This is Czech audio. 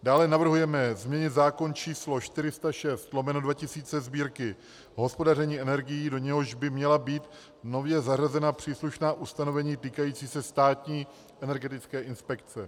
Dále navrhujeme změnit zákon č. 406/2000 Sb., o hospodaření energií, do něhož by měla být nově zařazena příslušná ustanovení týkající se Státní energetické inspekce.